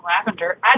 lavender